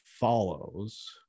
follows